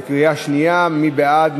מי בעד?